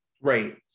Right